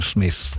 Smith